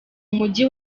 mujyi